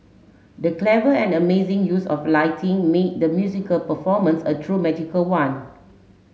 the clever and amazing use of lighting made the musical performance a true magical one